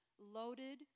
loaded